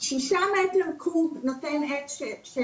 מטר קוב נותן עץ.